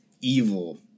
evil